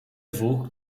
dwóch